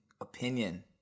opinion